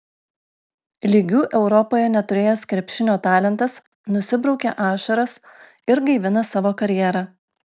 lygių europoje neturėjęs krepšinio talentas nusibraukė ašaras ir gaivina savo karjerą